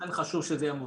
לכן חשוב שזה יהיה מובהר.